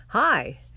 Hi